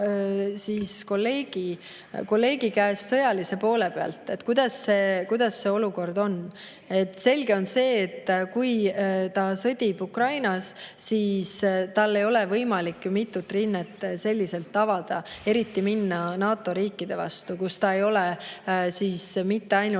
oma kolleegi käest sõjalise poole kohta, kuidas see olukord on. Selge on see, et kui ta sõdib Ukrainas, siis tal ei ole võimalik ju mitut rinnet avada, eriti minna NATO riikide vastu, kus ta ei ole mitte ainult